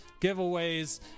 giveaways